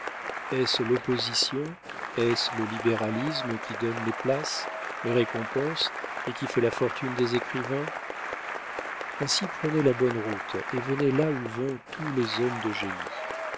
est-ce l'opposition est-ce le libéralisme qui donne les places les récompenses et qui fait la fortune des écrivains ainsi prenez la bonne route et venez là où vont tous les hommes de génie